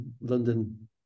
London